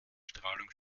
strahlung